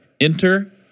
Enter